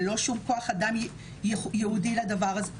ולא שום כוח אדם ייעודי לדבר הזה.